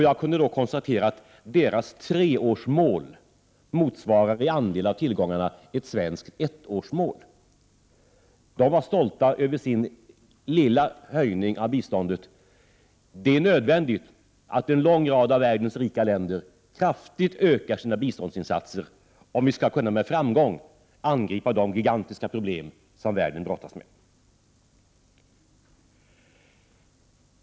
Jag kunde konstatera att deras treårsmål i andel av tillgångarna motsvarar ett svenskt ettårsmål. De var mycket stolta över sin lilla höjning av biståndet. Det är nödvändigt att en lång rad av världens rika länder kraftigt ökar sina biståndsinsatser, om vi skall kunna med framgång angripa de gigantiska problem som världen brottas med.